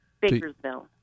Bakersville